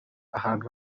ahantu